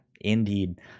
indeed